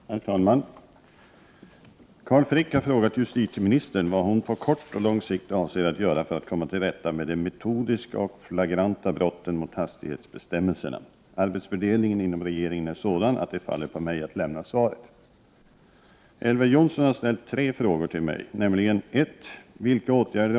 Herr talman! Carl Frick har frågat justitieministern vad hon på kort och lång sikt avser att göra för att komma till rätta med de metodiska och flagranta brotten mot hastighetsbestämmelserna. Arbetsfördelningen inom regeringen är sådan att det faller på mig att lämna svaret. Elver Jonsson har ställt tre frågor till mig nämligen: 2.